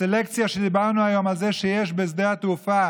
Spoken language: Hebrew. הסלקציה שדיברנו עליה היום, שבשדה התעופה